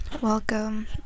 welcome